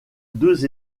deux